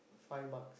five bucks